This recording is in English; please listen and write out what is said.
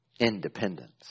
independence